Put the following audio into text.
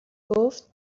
گفت